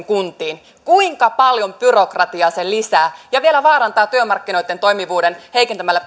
kuntiin kuinka paljon byrokratiaa se lisää se vielä vaarantaa työmarkkinoitten toimivuuden heikentämällä